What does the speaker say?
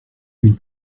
une